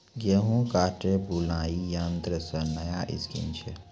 गेहूँ काटे बुलाई यंत्र से नया स्कीम छ?